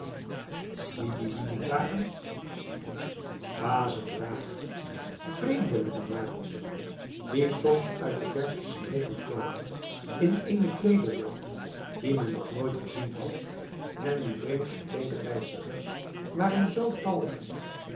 die lieden waren dwaze vraag vreemdelingen waren ze die soms uit de verste streken kwamen in eene kleederdracht die men nog nooit gezien had en die vreemd gekleede reizigers waren z talrijk